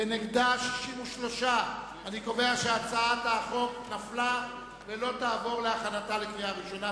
ונגדה 63. אני קובע שהצעת החוק נפלה ולא תעבור להכנתה לקריאה ראשונה.